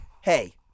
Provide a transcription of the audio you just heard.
hey